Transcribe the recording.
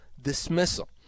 dismissal